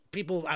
People